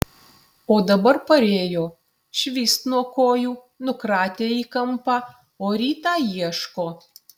o dabar parėjo švyst nuo kojų nukratė į kampą o rytą ieško